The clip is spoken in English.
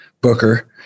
Booker